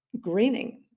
greening